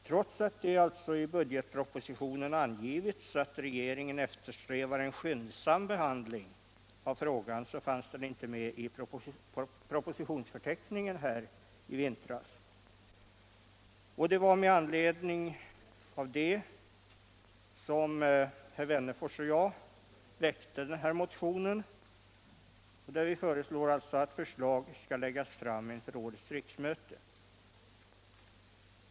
Trots att det i budgetpropositionen angivits att regeringen eftersträvar en skyndsam behandling av frågan fanns den inte med i propositionsförteckningen i vintras. Det var med anledning av detta herr Wennerfors och jag väckte motionen, där vi alltså föreslår att förslag skall läggas fram inför årets riksmöte.